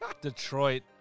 Detroit